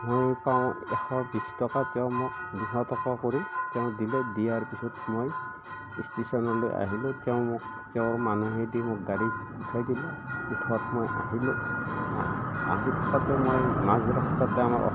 মই পাওঁ এশ বিছ টকা তেওঁ মোক দুশ টকা কৰি তেওঁ দিলে দিয়াৰ পিছত মই ষ্টেচনলৈ আহিলোঁ তেওঁ মোক তেওঁৰ মানুহেদি মোক গাড়ী উঠাই দিলে উঠোৱাত মই আহিলোঁ আহি থাকোঁতে আকৌ মই মাাজ ৰাস্তাতে আমাৰ